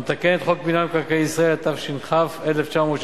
המתקן את חוק מינהל מקרקעי ישראל, התש"ך 1960,